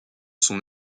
son